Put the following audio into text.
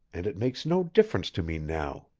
and it makes no difference to me now.